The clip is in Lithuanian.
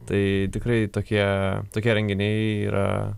tai tikrai tokie tokie renginiai yra